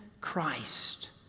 Christ